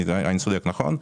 אני צודק, נכון?